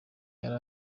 yari